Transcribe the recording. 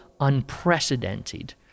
unprecedented